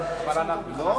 לא.